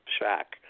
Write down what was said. shack